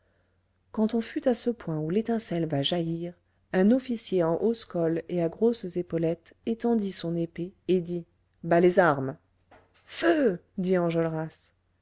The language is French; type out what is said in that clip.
quand on fut à ce point où l'étincelle va jaillir un officier en hausse col et à grosses épaulettes étendit son épée et dit bas les armes feu dit enjolras